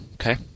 okay